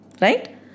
right